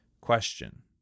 Question